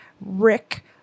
Rick